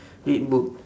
read book